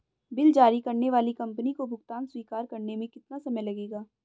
Bill जारी करने वाली कंपनी को भुगतान स्वीकार करने में कितना समय लगेगा?